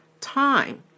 time